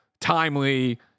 timely